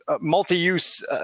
multi-use